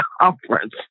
conference